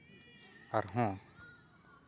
ᱟᱨᱦᱚᱸ